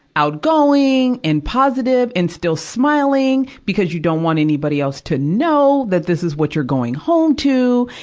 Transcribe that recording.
outgoing and positive and still smiling, because you don't want anybody else to know that this is what you're going home to,